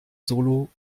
solo